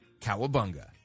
Cowabunga